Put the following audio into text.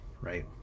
right